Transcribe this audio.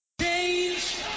change